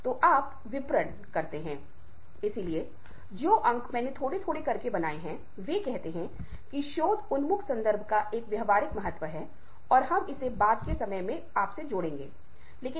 अपने आप कोपूर्वाग्रह से मुक्त करें जैसे आपको लगता है मैंने पहले के व्याख्यान में ऐसे पढ़ाया था तो अब भी ऐसे ही पढ़ाऊंगा यह एक "पूर्वाग्रह" है